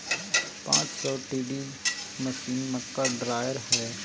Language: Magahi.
पांच सौ टी.डी मशीन, मक्का ड्रायर हइ